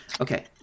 Okay